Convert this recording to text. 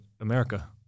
America